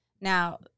Now